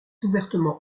ouvertement